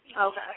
Okay